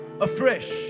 afresh